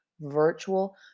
virtual